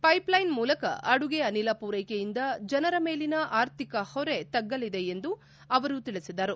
pipeline ಮೂಲಕ ಅಡುಗೆ ಅನಿಲ ಮೂರೈಕೆಯಿಂದ ಜನರ ಮೇಲಿನ ಆರ್ಥಿಕ ಹೊರೆ ತಗ್ಗಲಿದೆ ಎಂದು ಅವರು ತಿಳಿಸಿದೆ